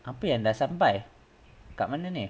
apa yang dah sampai kat mana ni